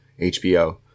HBO